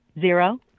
zero